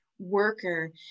worker